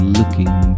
looking